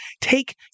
take